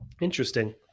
Interesting